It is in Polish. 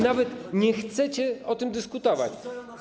nawet nie chcecie o tym dyskutować.